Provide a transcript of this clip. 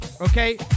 okay